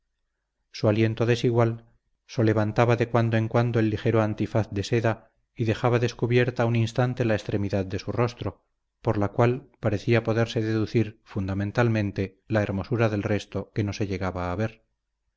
su aliento desigual solevantaba de cuando en cuando el ligero antifaz de seda y dejaba descubierta un instante la extremidad de su rostro por la cual parecía poderse deducir fundamentalmente la hermosura del resto que no se llegaba a ver